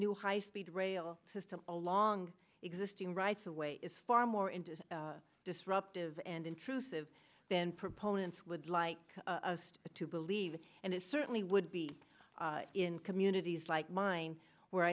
new high speed rail system along existing rights away is far more into disruptive and intrusive than proponents would like to believe and it certainly would be in communities like mine where